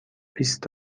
بیست